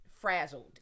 frazzled